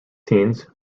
teens